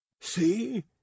see